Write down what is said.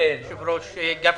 היושב-ראש גפני,